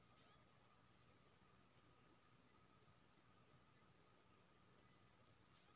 Italy अउर Germany आरो बहुते देश सब मे मधुमाछी केर बिजनेस कएल जाइ छै